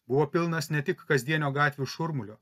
buvo pilnas ne tik kasdienio gatvių šurmulio